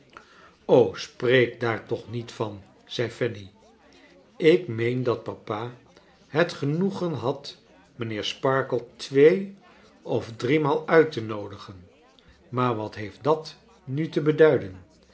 spreek daar toch niet van zei fanny ik meen dat papa het genoegen had mijnheer sparkler twee of driemaal uit te noodigen maar wat heeft dat nu te beduiden